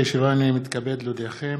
ברשות יושבת-ראש הישיבה, הנני מתכבד להודיעכם,